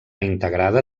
integrada